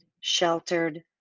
sheltered